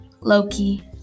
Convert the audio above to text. Loki